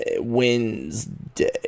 wednesday